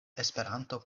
esperanto